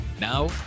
Now